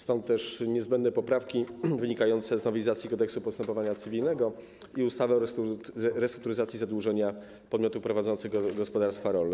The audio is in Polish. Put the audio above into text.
Stąd te niezbędne poprawki związane z nowelizacją Kodeksu postępowania cywilnego i ustawy o restrukturyzacji zadłużenia podmiotów prowadzących gospodarstwa rolne.